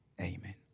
amen